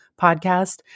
podcast